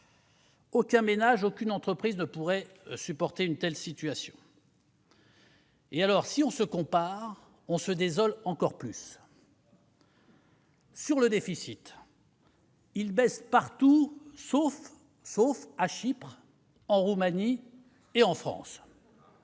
Aucun ménage, aucune entreprise, ne pourrait supporter une telle situation. Si nous nous comparons, on se désole encore plus. Eh oui ! Le déficit baisse partout, sauf à Chypre, en Roumanie et en France.